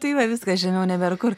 tai va viskas žemiau nebėr kur